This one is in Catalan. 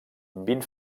vint